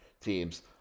teams